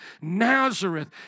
Nazareth